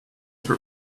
her